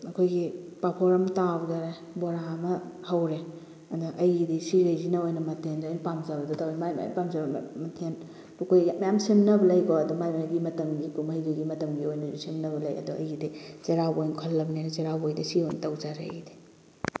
ꯑꯩꯈꯣꯏꯒꯤ ꯄꯥꯐꯣꯔ ꯑꯃ ꯇꯥꯎꯔꯦ ꯕꯣꯔꯥ ꯑꯃ ꯍꯧꯔꯦ ꯑꯗ ꯑꯩꯒꯤꯗꯤ ꯁꯤꯈꯩꯁꯤꯅ ꯑꯣꯏꯅ ꯃꯊꯦꯜꯁꯤ ꯑꯩꯅ ꯄꯥꯝꯖꯕꯗꯨ ꯇꯧꯔꯦ ꯃꯥꯏ ꯃꯥꯏ ꯄꯥꯝꯖꯕ ꯃꯊꯦꯜ ꯂꯨꯀꯣꯏ ꯃꯌꯥꯝ ꯁꯦꯝꯅꯕ ꯂꯩꯀꯣ ꯑꯗꯣ ꯃꯥꯏ ꯃꯥꯏꯒꯤ ꯃꯇꯝꯒꯤ ꯀꯨꯝꯍꯩꯗꯨꯒꯤ ꯃꯇꯝꯒꯤ ꯑꯣꯏꯅꯁꯨ ꯁꯦꯝꯅꯕ ꯂꯩ ꯑꯗꯣ ꯑꯩꯒꯤꯗꯤ ꯆꯩꯔꯥꯎꯕ ꯑꯣꯏꯅ ꯈꯜꯂꯕꯅꯤꯅ ꯆꯩꯔꯥꯎꯕꯒꯤꯗ ꯁꯤ ꯑꯣꯏꯅ ꯇꯧꯖꯔꯦ ꯑꯩꯒꯤꯗꯤ